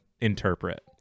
interpret